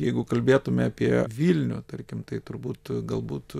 jeigu kalbėtume apie vilnių tarkim tai turbūt galbūt